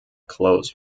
close